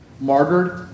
martyred